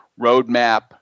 roadmap